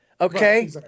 okay